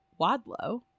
Wadlow